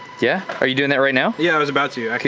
yeah? are you doing that right now? yeah, i was about to actually.